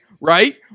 Right